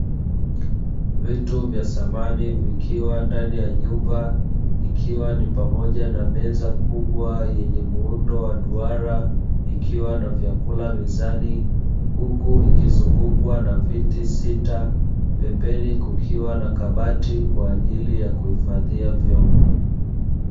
Vitu vya samani vikiwa ndani ya nyumba, ikiwa ni pamoja na meza kubwa yenye muundo wa duara ikiwa na vyakula mezani, huku ikizingukwa na viti sita, pembeni kukiwa na kabati kwa ajili ya kuhifadhia vyombo.